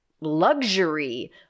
luxury